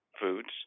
foods